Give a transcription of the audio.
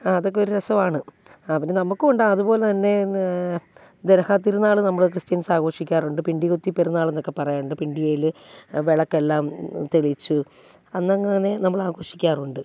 ആ അതൊക്കെ ഒരു രസമാണ് ആ പിന്നെ നമുക്കുമുണ്ട് അതുപോലെ തന്നെ ദർഹാ തിരുനാൾ നമ്മൾ ക്രിസ്റ്റ്യൻസ് ആഘോഷിക്കാറുണ്ട് പിണ്ടികുത്തി പെരുന്നാളെന്നൊക്കെ പറയാറുണ്ട് പിണ്ടിയിൽ വിളക്കെല്ലാം തെളിയിച്ചു അന്നങ്ങനെ നമ്മൾ ആഘോഷിക്കാറുണ്ട്